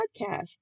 podcast